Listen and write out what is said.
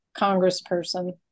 Congressperson